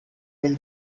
will